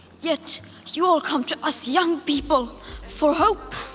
yet you all come to us young people for hope.